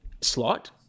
slot